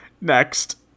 Next